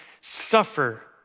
suffer